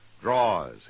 draws